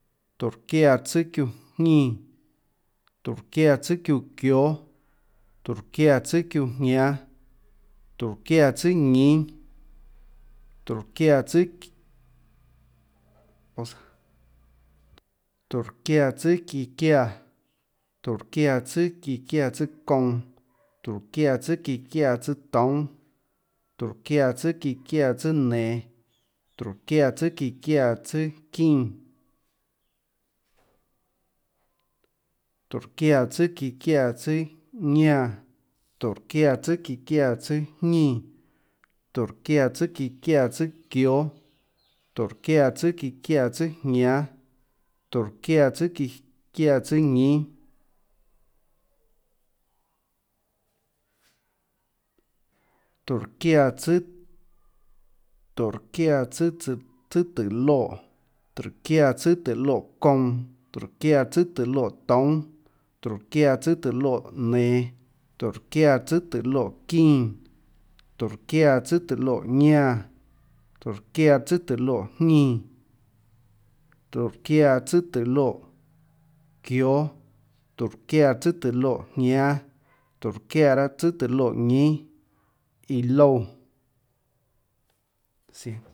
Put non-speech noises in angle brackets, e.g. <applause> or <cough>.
Tórå çiáã tsùâ çiúã jñínã, tórå çiáã tsùâ çiúã çióâ, tórå çiáã tsùâ çiúãjñánâ, tórå çiáã tsùâ ñínâ, tórå çiáã tsùà, <noise> tórå çiáã tsùâ çíã çiáã, tórå çiáã tsùâ çíã çiáã tsùâ kounã, tórå çiáã tsùâ çíã çiáã tsùâ toúnâ, tórå çiáã tsùâ çíã çiáã tsùâ nenå, tórå çiáã tsùâ çíã çiáã tsùâ çínã, tórå çiáã tsùâ çíã çiáã tsùâ ñánã, tórå çiáã tsùâ çíã çiáã tsùâ jñínã, tórå çiáã tsùâ çíã çiáã tsùâ çióâ, tórå çiáã tsùâ çíã çiáã tsùâjñánâ, tórå çiáã tsùâ çíã çiáã tsùâ ñínâ, tórå çiáã tsùà, tórå çiáã tsùà tsùà tóhå loè, tórå çiáã tsùâ tóå loè kounã, tórå çiáã tsùâ tóå loè toúnâ, tórå çiáã tsùâ tóå loè nenå, tórå çiáã tsùâ tóå loè çínã, tórå çiáã tsùâ tóå loè ñánã, tórå çiáã tsùâ tóå loè jñínã, tórå çiáã tsùâ tóå loè çióâ, tórå çiáã tsùâ tóå loè jñánâ, tórå çiáã tsùâ tóå loè ñínâ, iã loúã. <noise>